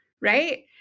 Right